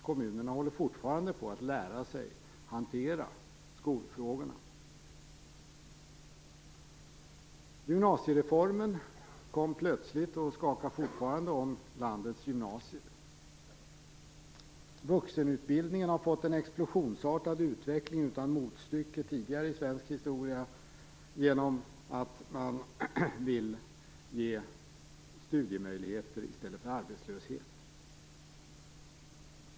Kommunerna håller fortfarande på att lära sig hantera skolfrågorna. Gymnasiereformen kom plötsligt och skakar fortfarande om landets gymnasier. Vuxenutbildningen har fått en explosionsartad utveckling utan motstycke tidigare i svensk historia genom att man vill ge studiemöjligheter i stället för arbetslöshet.